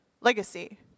legacy